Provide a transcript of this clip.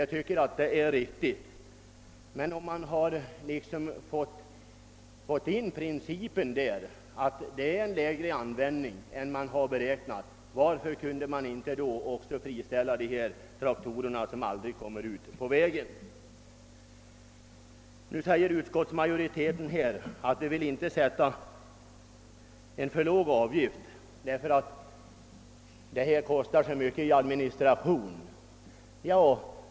Jag tycker att detta är riktigt, men om man har gått in för principen att det skall finnas möjlighet till restitution av skatt vid lägre utnyttjandegrad än som beräknats, kan man fråga sig varför inte alla traktorer som aldrig körs på väg kan undantas från beskattning. Utskottsmajoriteten säger att den inte vill förorda en alltför låg beskattning, eftersom administrationskostnaderna blir så höga.